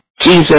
Jesus